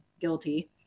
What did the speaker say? guilty